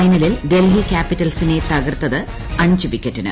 ഫൈനലിൽ ഡൽഹി ക്യാപിറ്റൽസിനെ തകർത്തത് അഞ്ച് വിക്കറ്റിന്